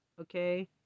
okay